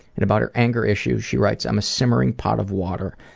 and about her anger issue she writes, i'm a simmering pot of water.